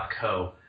.co